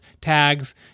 tags